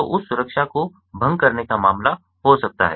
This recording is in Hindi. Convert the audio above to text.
तो उस सुरक्षा को भंग करने का मामला हो सकता है